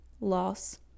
loss